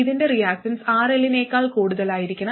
ഇതിന്റെ reactance RL നേക്കാൾ കൂടുതലായിരിക്കണം